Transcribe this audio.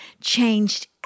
changed